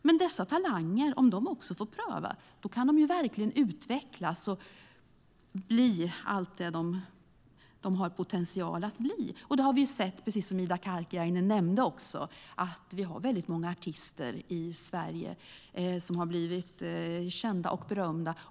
Om dessa talanger får pröva kan de verkligen utvecklas och bli allt det de har potential att bli. Som Ida Karkiainen nämnde har väldigt många artister i Sverige blivit kända och berömda.